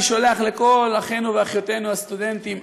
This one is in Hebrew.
אני שולח לכל אחינו ואחיותינו הסטודנטים,